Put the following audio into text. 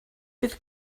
bydd